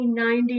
1990